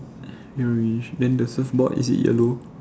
red orange then the surf board is yellow